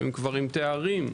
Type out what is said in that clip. שהם כבר עם תארים,